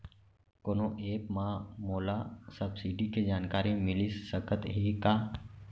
कोनो एप मा मोला सब्सिडी के जानकारी मिलिस सकत हे का?